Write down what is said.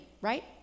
right